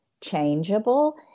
changeable